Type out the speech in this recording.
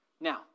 Now